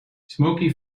smoky